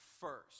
first